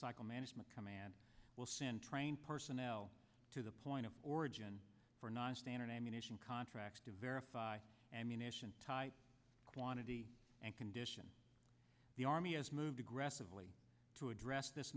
lifecycle management command will send trained personnel to the point of origin for nonstandard ammunition contracts to verify and munitions quantity and condition the army has moved aggressively to address this